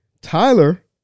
Tyler